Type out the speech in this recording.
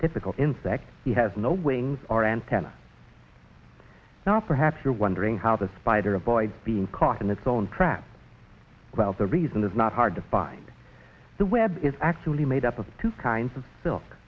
typical insect he has no wings or antenna now perhaps you're wondering how the spider avoid being caught in its own trap about the reason it's not hard to find the web is actually made up of two kinds of silk